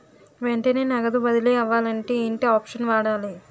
వెంటనే నగదు బదిలీ అవ్వాలంటే ఏంటి ఆప్షన్ వాడాలి?